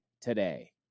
today